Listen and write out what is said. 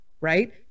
right